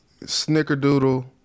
snickerdoodle